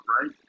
right